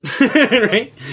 right